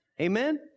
Amen